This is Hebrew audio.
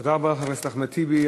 תודה רבה לחבר הכנסת אחמד טיבי.